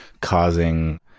causing